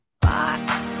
Bye